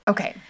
Okay